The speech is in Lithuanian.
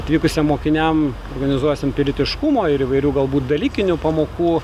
atvykusiem mokiniam organizuosim pilietiškumo ir įvairių galbūt dalykinių pamokų